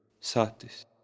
Satis